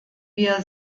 wir